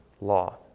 law